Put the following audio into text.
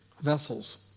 vessels